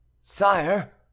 Sire